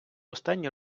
останні